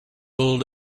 build